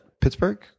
Pittsburgh